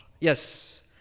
Yes